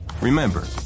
Remember